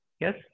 Yes